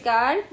God